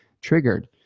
triggered